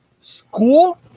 School